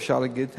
אפשר להגיד,